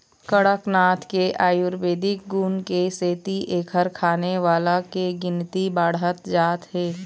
कड़कनाथ के आयुरबेदिक गुन के सेती एखर खाने वाला के गिनती बाढ़त जात हे